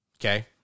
Okay